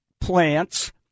plants